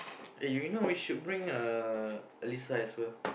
eh you know we should bring uh Allyssa as well